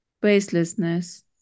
baselessness